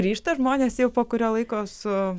grįžta žmonės jau po kurio laiko su